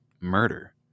murder